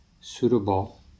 suitable